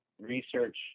research